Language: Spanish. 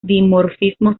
dimorfismo